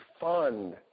fund